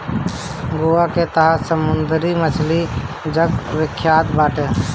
गोवा के तअ समुंदरी मछली जग विख्यात बाटे